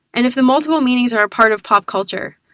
and if the multiple meanings are a part of pop culture,